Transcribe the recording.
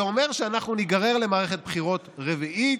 זה אומר שאנחנו ניגרר למערכת בחירות רביעית.